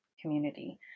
community